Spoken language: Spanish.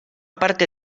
parte